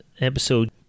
episode